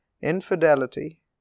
Infidelity